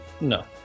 no